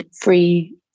free